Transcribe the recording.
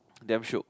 damn shiok